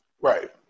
Right